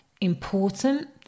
important